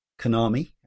konami